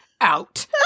out